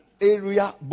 Area